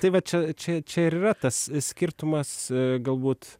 tai va čia čia čia ir yra tas skirtumas galbūt